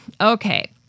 Okay